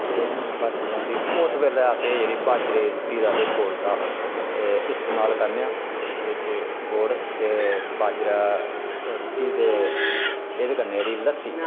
ते बर्फ पौंदी उस बेल्लै अस जेह्ड़ी एह् जेह्ड़ी बाजरे दी रुट्टी दा ते गुड़ दा इस्तमाल करने आं ते ओहदे च गुड़ ते बाजरा रुट्टी ते एह्दे कन्नै जेह्ड़ी लस्सी